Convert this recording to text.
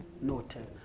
noted